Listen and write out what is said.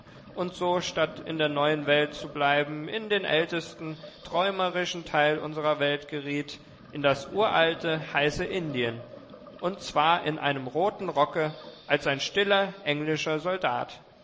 und so statt in der neuen welt zu bleiben in den ältesten träumerischen teil unsrer welt geriet in das uralte heiße indien und zwar in einem roten rocke als ein stiller englischer soldat